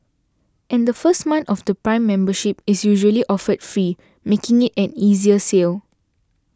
and the first month of Prime membership is usually offered free making it an easier sell